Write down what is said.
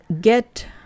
get